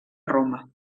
roma